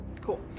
Cool